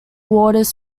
waters